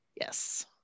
Yes